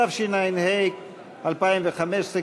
התשע"ה 2015,